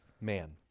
man